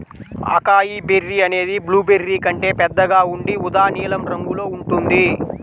acai berry అనేది blueberry కంటే పెద్దగా ఉండి ఊదా నీలం రంగులో ఉంటుంది